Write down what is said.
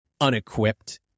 unequipped